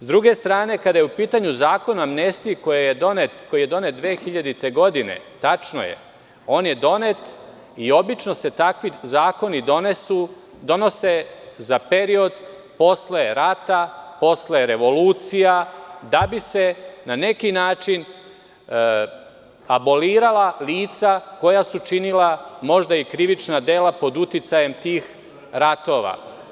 S druge strane, kada je u pitanju Zakon o amnestiji koji je donet 2000. godine, tačno je, on je donet, i obično se takvi zakoni donese za period posle rata, posle revolucija, da bi se na neki način abolirala lica koja su činila, možda i krivična dela pod uticajem tih ratova.